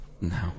No